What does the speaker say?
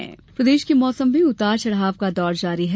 मौसम प्रदेश के मौसम में उतार चढ़ाव का दौर जारी है